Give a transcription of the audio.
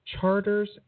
Charter's